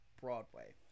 broadway